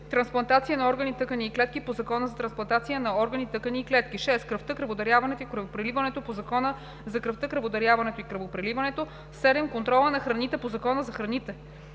трансплантация на органи, тъкани и клетки по Закона за трансплантация на органи, тъкани и клетки; 6. кръвта, кръводаряването и кръвопреливането по Закона за кръвта, кръводаряването и кръвопреливането; 7. контрола на храните по Закона за храните;